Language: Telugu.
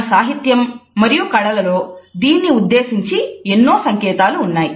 మన సాహిత్యం మరియు కళలలో దీన్ని ఉద్దేశించి ఎన్నో సంకేతాలు ఉన్నాయి